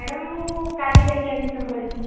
madam ମୁଁ କାଲି ଯାଇକି ଆଡ଼୍ମିଶନ୍ କରିବି